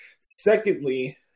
Secondly